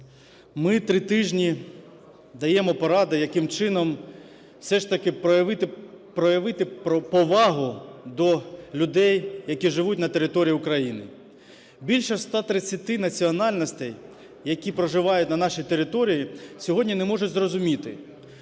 Ми три тижні даємо поради, яким чином все ж таки проявити повагу до людей, які живуть на території України. Більше 130 національностей, які проживають на нашій території, сьогодні не можуть зрозуміти,